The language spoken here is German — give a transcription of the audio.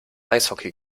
eishockey